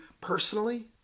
personally